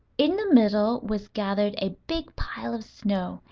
in the middle was gathered a big pile of snow,